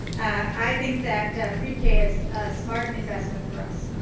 i think that pk is smart investment for us.